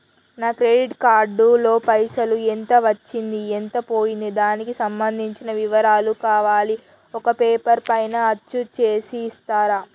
నా credit card లో పైసలు ఎంత వచ్చింది ఎంత పోయింది దానికి సంబంధించిన వివరాలు కావాలి ఒక పేపర్ పైన అచ్చు చేసి ఇస్తరా?